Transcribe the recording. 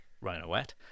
Rhino-Wet